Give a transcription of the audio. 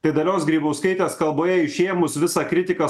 tai dalios grybauskaitės kalboje išėmus visą kritiką